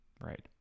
right